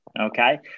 Okay